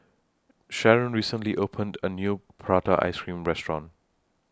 Sheron recently opened A New Prata Ice Cream Restaurant